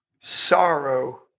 sorrow